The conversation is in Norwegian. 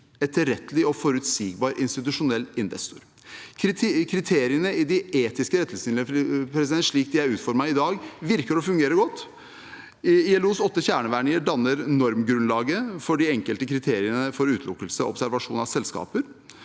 etterrettelig og forutsigbar institusjonell investor. Kriteriene i de etiske retningslinjene slik de er utformet i dag, virker å fungere godt. ILOs åtte kjerneverdier danner normgrunnlaget for de enkelte kriteriene for utelukkelse og observasjon av selskaper.